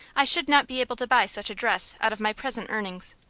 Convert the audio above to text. i should not be able to buy such a dress out of my present earnings.